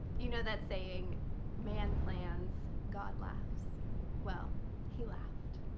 you know that saying man plans. god laughs well he laughed.